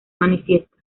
manifiesta